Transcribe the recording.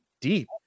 deep